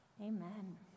Amen